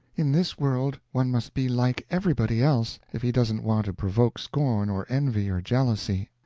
in this world one must be like everybody else if he doesn't want to provoke scorn or envy or jealousy.